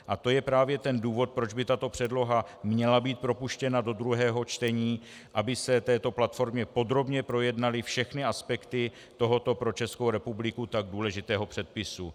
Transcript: A to je právě ten důvod, proč by tato předloha měla být propuštěna do druhého čtení, aby se v této platformě podrobně projednaly všechny aspekty tohoto pro Českou republiku tak důležitého předpisu.